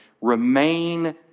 remain